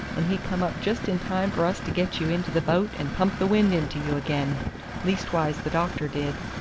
and he come up just in time for us to get you into the boat and pump the wind into you again leastwise the doctor did.